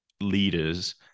leaders